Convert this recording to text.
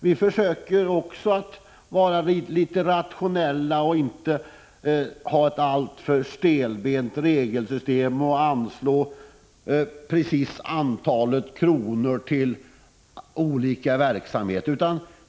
Vi försöker också vara litet rationella och inte ha ett alltför stelbent regelsystem och anvisa det exakta antalet kronor till olika verksamheter.